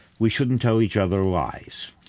we shouldn't tell each other lies.